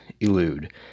elude